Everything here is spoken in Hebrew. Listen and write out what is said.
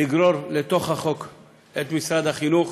לגרור לתוך החוק את משרד החינוך.